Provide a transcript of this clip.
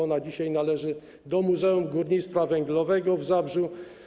Ona dzisiaj należy do Muzeum Górnictwa Węglowego w Zabrzu.